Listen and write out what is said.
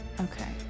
Okay